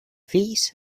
fills